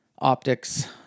optics